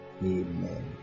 Amen